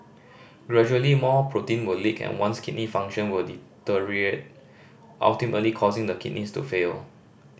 gradually more protein will leak and one's kidney function will deteriorate ultimately causing the kidneys to fail